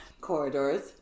Corridors